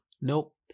Nope